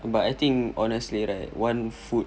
but I think honestly right one food